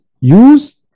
use